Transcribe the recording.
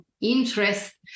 interest